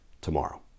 tomorrow